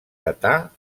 datar